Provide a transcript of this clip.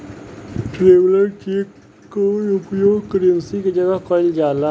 traveller cheque कअ उपयोग currency के जगही कईल जाला